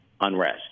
unrest